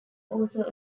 also